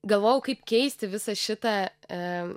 galvojau kaip keisti visą šitą